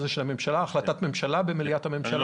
החלטת ממשלה, במליאת הממשלה?